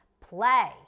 play